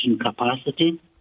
capacity